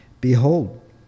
Behold